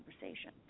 conversation